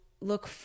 look